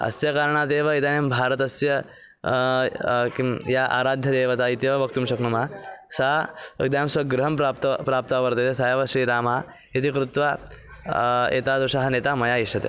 अस्य कारणादेव इदानीं भारतस्य किं या आराध्यदेवता इत्येव वक्तुं शक्नुमः सः इदानीं स्व गृहं प्राप्तं प्राप्तः वर्तते सः एव श्रीरामः इति कृत्वा एतादृशः नेता मया इष्यते